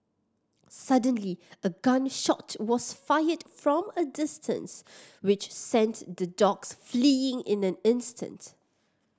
suddenly a gun shot was fired from a distance which sent the dogs fleeing in an instant